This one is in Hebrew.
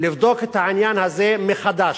לבדוק את העניין הזה מחדש.